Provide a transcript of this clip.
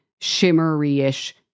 shimmery-ish